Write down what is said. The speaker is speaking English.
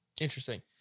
Interesting